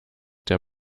der